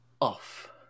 Off